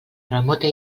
remota